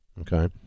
Okay